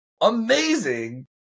amazing